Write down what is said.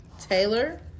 Taylor